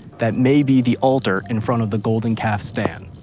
that may be the altar in front of the golden calf stand.